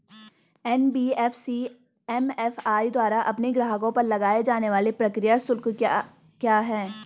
NBFC MFI द्वारा अपने ग्राहकों पर लगाए जाने वाले प्रक्रिया शुल्क क्या क्या हैं?